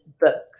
book